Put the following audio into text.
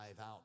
out